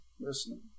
listen